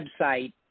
website